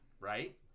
right